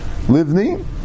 Livni